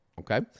Okay